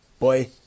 Boy